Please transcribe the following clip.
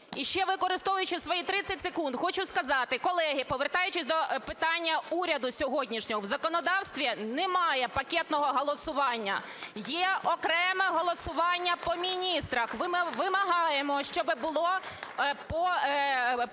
І ще, використовуючи свої 30 секунд, хочу сказати, колеги, повертаючись до питання уряду сьогоднішнього, в законодавстві немає пакетного голосування, є окреме голосування по міністрах. Вимагаємо, щоб було голосування